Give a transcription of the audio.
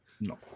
no